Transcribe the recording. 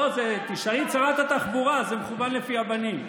תשאלי את שרת התחבורה, זה מכוון לפי הבנים.